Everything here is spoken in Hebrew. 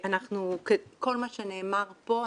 על כל מה שנאמר פה,